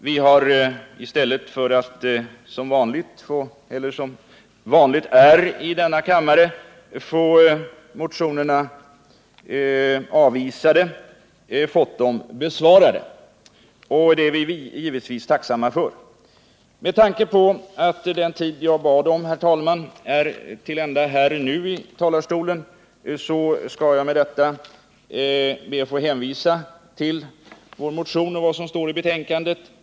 Vi har — i stället för att som vanligt är här i riksdagen få motionerna avvisade — fått dessa motionsyrkanden besvarade. Det är vi givetvis glada över. Med tanke på att den tid jag bad om, herr talman, nu är till ända skall jag be att i övrigt få hänvisa till vår motion och till vad som står i betänkandet.